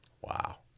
wow